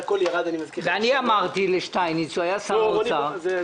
ואני אמרתי לשטייניץ שהוא היה שר האוצר,